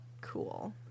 cool